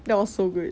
that was so good